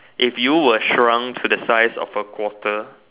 if you were shrunk to the size of a quarter